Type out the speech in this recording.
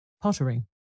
pottering